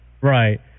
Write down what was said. Right